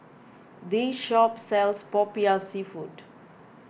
this shop sells Popiah Seafood